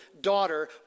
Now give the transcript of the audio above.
daughter